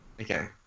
Okay